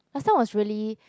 last time was really